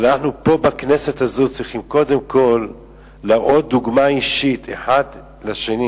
אבל אנחנו פה בכנסת הזאת צריכים קודם כול להראות דוגמה אישית אחד לשני.